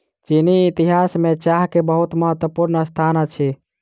चीनी इतिहास में चाह के बहुत महत्वपूर्ण स्थान अछि